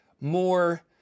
more